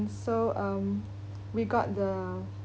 so um we got the